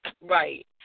Right